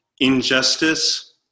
injustice